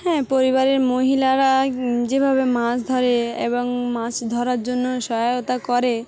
হ্যাঁ পরিবারের মহিলারা যেভাবে মাছ ধরে এবং মাছ ধরার জন্য সহায়তা করে